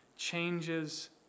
Changes